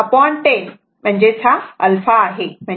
210 α म्हणजेच cos α 1013